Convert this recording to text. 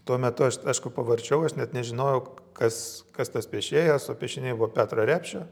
tuo metu aš ašku pavarčiau aš net nežinojau kas kas tas piešėjas o piešiniai buvo petro repšio